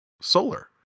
solar